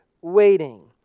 Waiting